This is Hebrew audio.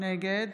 נגד